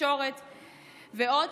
תקשורת ועוד,